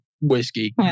whiskey